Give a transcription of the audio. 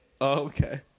Okay